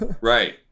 Right